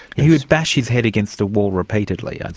he would bash his head against a wall repeatedly, yeah